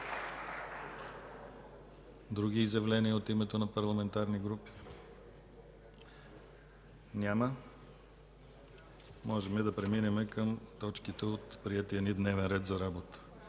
Други изявления от името на парламентарни групи? Няма. Можем да преминем към точките от приетия ни дневния ред за работа.